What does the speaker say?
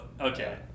okay